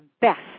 best